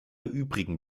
übrigen